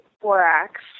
Borax